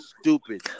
stupid